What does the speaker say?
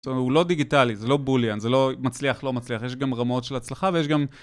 זאת אומרת, הוא לא דיגיטלי, זה לא בוליאן, זה לא מצליח, לא מצליח, יש גם רמות של הצלחה ויש גם...